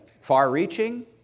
far-reaching